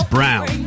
Brown